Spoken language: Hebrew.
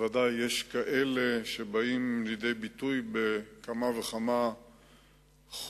בוודאי יש כאלה שבאים לידי ביטוי בכמה וכמה חוקים,